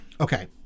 Okay